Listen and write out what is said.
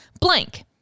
blank